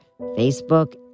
Facebook